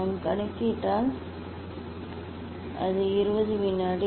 நாம் கணக்கிட்டால் அது 20 விநாடி